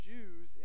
Jews